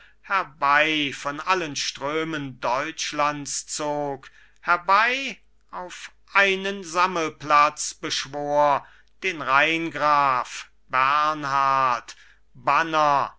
herbei von allen strömen deutschlands zog herbei auf einen sammelplatz beschwor den rheingraf bernhard banner